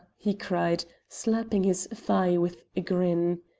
he cried, slapping his thigh with a grin,